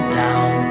down